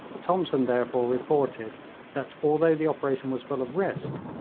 thomson therefore reported that although the operation was full of risk,